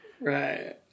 Right